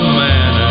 man